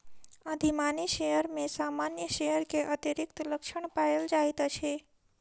अधिमानी शेयर में सामान्य शेयर के अतिरिक्त लक्षण पायल जाइत अछि